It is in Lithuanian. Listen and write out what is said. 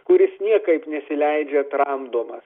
kuris niekaip nesileidžia tramdomas